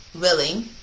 willing